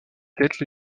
têtes